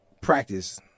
practice